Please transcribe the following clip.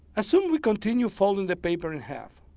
assume we continue folding the paper in half.